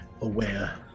aware